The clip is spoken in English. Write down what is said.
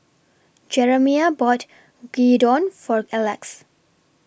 Jeremiah bought Gyudon For Alex